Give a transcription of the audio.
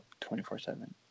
24-7